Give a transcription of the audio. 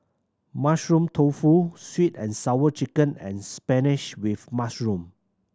Mushroom Tofu Sweet And Sour Chicken and spinach with mushroom